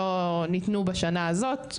לא ניתנו בשנה הזאת.